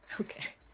Okay